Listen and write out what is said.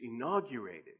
inaugurated